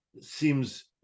seems